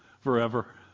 forever